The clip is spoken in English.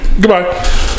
Goodbye